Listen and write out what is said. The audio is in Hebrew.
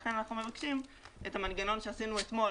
לכן אנחנו מבקשים את המנגנון שעשינו אתמול,